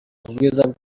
ubwiza